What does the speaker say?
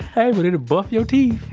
hey, but it'll buff your teeth.